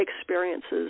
experiences